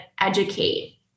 educate